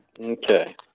Okay